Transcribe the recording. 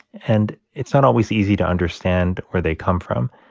and it's not always easy to understand where they come from.